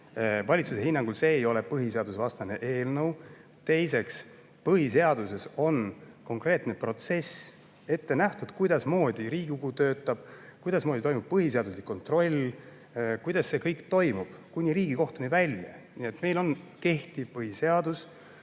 valitsuse hinnangul see ei ole põhiseadusevastane eelnõu. Teiseks, põhiseaduses on konkreetne protsess ette nähtud, kuidasmoodi Riigikogu töötab, kuidasmoodi toimub põhiseaduslikkuse kontroll, kuidas see kõik toimub kuni Riigikohtuni välja. Nii et meil on kehtiv põhiseadus,